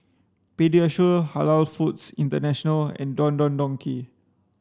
Pediasure Halal Foods International and Don Don Donki